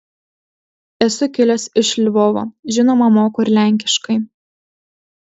esu kilęs iš lvovo žinoma moku ir lenkiškai